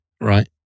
right